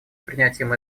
принятием